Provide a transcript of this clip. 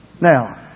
Now